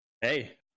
hey